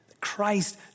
Christ